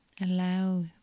allow